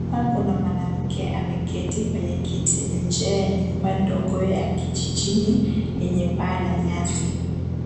Hapa kuna mwanamke ameketi kwenye kiti nje ya nyumba ndogo ya kijijini yenye paa la nyasi.